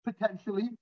potentially